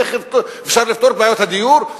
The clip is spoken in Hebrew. איך אפשר לפתור את בעיות הדיור,